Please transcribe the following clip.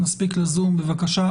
נספיק לזום בבקשה.